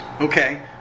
Okay